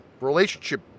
relationship